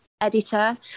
editor